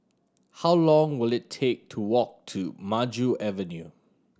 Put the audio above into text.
how long will it take to walk to Maju Avenue